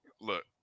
look